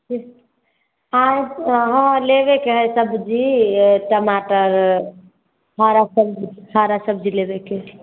ठीक आबि हँ लेबैके हइ सब्जी टमाटर हरा सब्जी हरा सब्जी लेबैके हइ